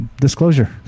disclosure